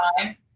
time